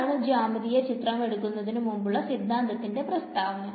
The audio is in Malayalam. ഇതാണ് ജ്യാമീതീയ ചിത്രം എടുക്കുന്നതിനു മുമ്പുള്ള സിദ്ധാന്തത്തിന്റെ പ്രസ്താവന